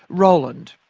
roland.